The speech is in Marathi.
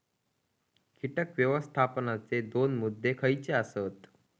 कीटक व्यवस्थापनाचे दोन मुद्दे खयचे आसत?